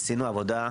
עשינו עבודה,